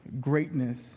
greatness